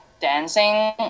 dancing